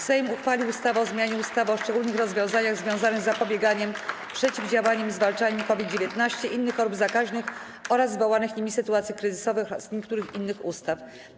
Sejm uchwalił ustawę o zmianie ustawy o szczególnych rozwiązaniach związanych z zapobieganiem, przeciwdziałaniem i zwalczaniem COVID-19, innych chorób zakaźnych oraz wywołanych nimi sytuacji kryzysowych oraz niektórych innych ustaw.